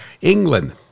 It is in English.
England